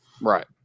Right